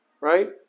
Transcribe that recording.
right